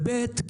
בי"ת,